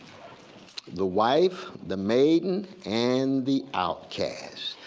the wife, the maiden, and the outcast.